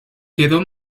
quedó